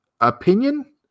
opinion